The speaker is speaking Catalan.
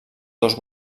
dos